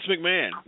McMahon